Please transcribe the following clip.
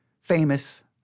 famous